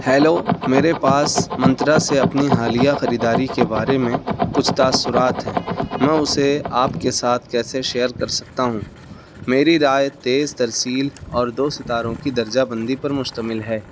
hello میرے پاس منترا سے اپنی حالیہ خریداری کے بارے میں کچھ تاثرات ہیں میں اسے آپ کے ساتھ کیسے شیئر کر سکتا ہوں میری رائے تیز ترسیل اور دو ستاروں کی درجہ بندی پر مشتمل ہے